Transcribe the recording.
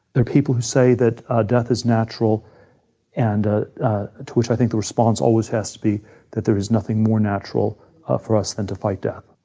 there are people who say that ah death is natural and ah ah to which i think the response always has to be that there is nothing more natural for us than to fight death.